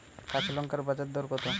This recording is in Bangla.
কাঁচা লঙ্কার বাজার দর কত?